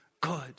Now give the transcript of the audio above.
good